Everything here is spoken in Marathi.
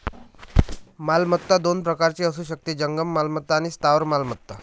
मालमत्ता दोन प्रकारची असू शकते, जंगम मालमत्ता आणि स्थावर मालमत्ता